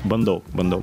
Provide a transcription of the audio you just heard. bandau bandau